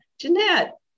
Jeanette